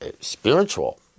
spiritual